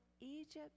Egypt